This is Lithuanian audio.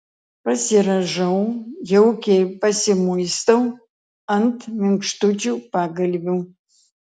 pasirąžau jaukiai pasimuistau ant minkštučių pagalvių